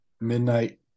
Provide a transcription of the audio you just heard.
midnight